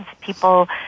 people